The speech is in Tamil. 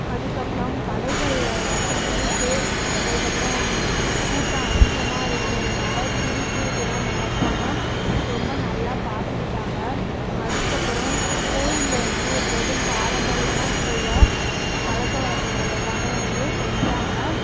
அதுக்கு அப்புறம் கடைகளில் ஏதாச்சும் திருட்டு அதுக்கு அப்புறம் கூட்டம் அதிகமாக இருக்கிறதுனால திருட்டு இதெல்லாம் நடக்காமல் ரொம்ப நல்லா பார்த்துக்கிட்டாங்க அதுக்கு அப்புறம் கோவிலில் வந்து எப்போதும் பாரம்பரியமாக செய்கிற பழக்க வழக்கங்கள் எல்லாமே வந்து செஞ்சாங்க